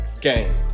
Game